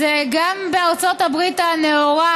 אז גם בארצות הברית הנאורה,